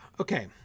okay